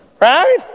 Right